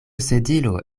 sedilo